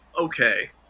okay